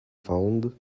found